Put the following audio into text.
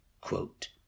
quote